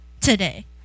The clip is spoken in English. today